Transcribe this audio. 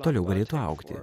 toliau galėtų augti